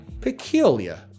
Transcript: peculiar